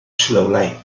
slowly